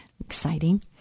Exciting